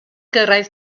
gyrraedd